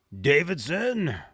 Davidson